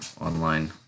online